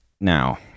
now